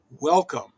welcome